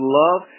love